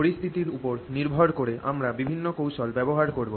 পরিস্থিতির উপর নির্ভর করে আমরা বিভিন্ন কৌশল ব্যবহার করব